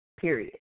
Period